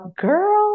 girl